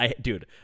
Dude